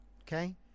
Okay